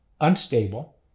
unstable